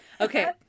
Okay